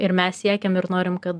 ir mes siekiam ir norim kad